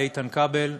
לאיתן כבל.